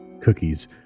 cookies